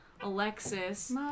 Alexis